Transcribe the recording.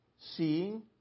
Seeing